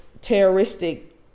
terroristic